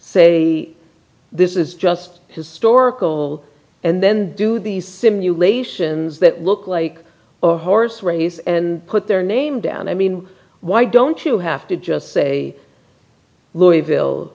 say this is just historical and then do the simulations that look like a horse race and put their name down i mean why don't you have to just say louisville